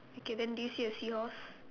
okay then do you see a seahorse